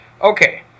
Okay